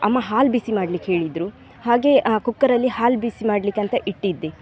ಅಮ್ಮ ಹಾಲು ಬಿಸಿ ಮಾಡ್ಲಿಕ್ಕೆ ಹೇಳಿದ್ದರು ಹಾಗೇ ಕುಕ್ಕರಲ್ಲಿ ಹಾಲು ಬಿಸಿ ಮಾಡಲಿಕ್ಕಂತ ಇಟ್ಟಿದ್ದೆ